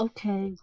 Okay